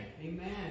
Amen